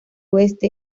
oeste